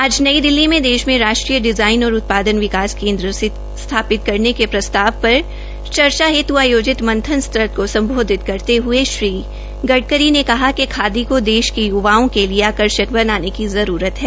आज नई दिल्ली में देश में राष्ट्रीय डिज़ाइन और उत्पादन विकास केन्द्र स्थापित करेन के प्रस्ताव पर चर्चा हेत् आयोजित मंथन सत्र को सम्बोधित करते हये श्री गडकरी ने कहा कि खादी को देश के य्वाओं के लिए आकर्षक बनाने की जरूरत है